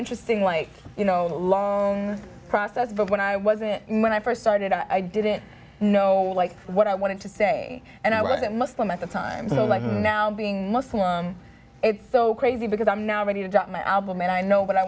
interesting like you know a long process but when i wasn't when i first started i didn't know like what i wanted to say and i was a muslim at the time you know like now being muslim it's so crazy because i'm now ready to drop my album and i know what i